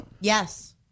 Yes